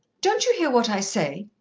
don't you hear what i say?